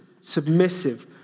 submissive